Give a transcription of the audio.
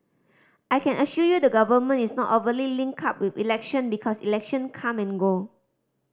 I can assure you the Government is not overly linked up with election because election come and go